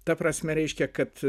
ta prasme reiškia kad